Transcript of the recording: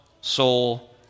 soul